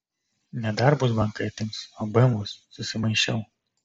ne darbus bankai atims o bemvus susimaišiau